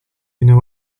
know